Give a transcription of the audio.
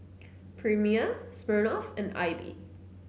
Premier Smirnoff and AIBI